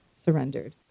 surrendered